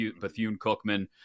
Bethune-Cookman